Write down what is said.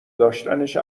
داشتنش